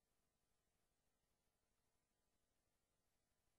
22 בעד, אין